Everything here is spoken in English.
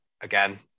again